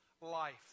life